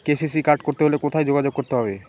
KCC card করতে হলে কোথায় যোগাযোগ করতে হবে?